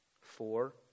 Four